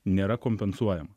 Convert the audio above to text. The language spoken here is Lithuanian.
nėra kompensuojama